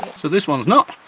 so this one's not,